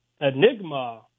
enigma